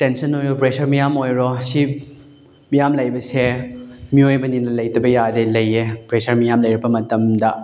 tension ꯑꯣꯏꯔꯣ pressure ꯃꯌꯥꯝ ꯑꯣꯏꯔꯣ ꯁꯤ ꯃꯌꯥꯝ ꯂꯩꯕꯁꯦ ꯃꯤꯑꯣꯏꯕꯅꯤꯅ ꯂꯩꯇꯕ ꯌꯥꯗꯦ ꯂꯩꯌꯦ ꯄ꯭ꯔꯦꯁꯔ ꯃꯌꯥꯝ ꯂꯩꯔꯛꯄ ꯃꯇꯝꯗ